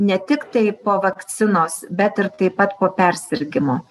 ne tiktai po vakcinos bet ir taip pat po persirgimo